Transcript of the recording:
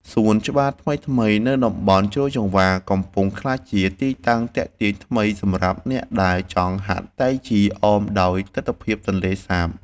សួនច្បារថ្មីៗនៅតំបន់ជ្រោយចង្វារ កំពុងក្លាយជាទីតាំងទាក់ទាញថ្មីសម្រាប់អ្នកដែលចង់ហាត់តៃជីអមដោយទិដ្ឋភាពទន្លេសាប។